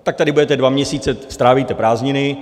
Tak tady budete dva měsíce, strávíte prázdniny.